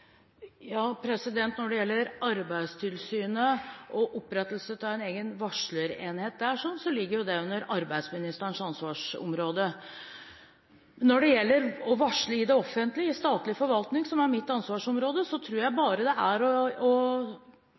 Når det gjelder Arbeidstilsynet og opprettelsen av en egen varslerenhet, ligger det under arbeidsministerens ansvarsområde. Når det gjelder å varsle i statlig forvaltning som er mitt ansvarsområde, tror jeg det bare er å